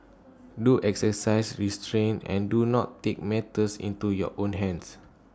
do exercise restraint and do not take matters into your own hands